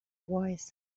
wise